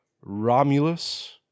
Romulus